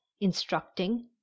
instructing